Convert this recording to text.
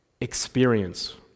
experience